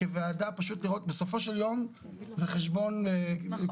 בסופו של יום זה חשבון כיתה ח'.